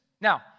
Now